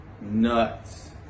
nuts